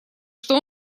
что